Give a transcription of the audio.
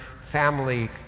family